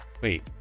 Wait